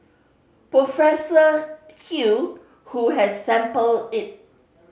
Professor Hew who has sampled it